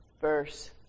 verse